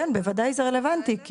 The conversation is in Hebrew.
כן, בוודאי, זה רלוונטי.